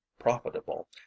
profitable